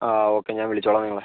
ആ ഓക്കെ ഞാൻ വിളിച്ചോളാം നിങ്ങളെ